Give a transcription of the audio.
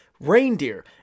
Reindeer